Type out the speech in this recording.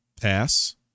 pass